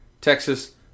Texas